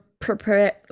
prepare